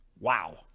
Wow